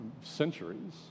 centuries